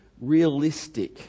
realistic